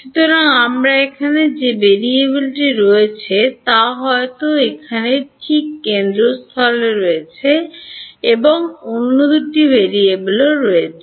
সুতরাং আমার এখানে যে ভেরিয়েবলটি রয়েছে তা হযরত্ এখানে ঠিক কেন্দ্রস্থলে রয়েছে এবং অন্য দুটি ভেরিয়েবল রয়েছে